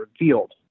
revealed